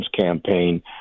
campaign